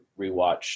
rewatched